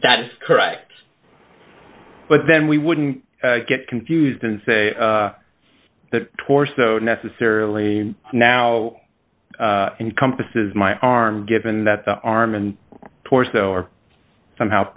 that is correct but then we wouldn't get confused and say that torso necessarily now encompasses my arm given that the arm and torso are somehow